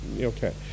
Okay